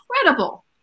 incredible